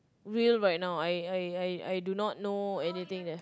real right now I I I I do not know anything there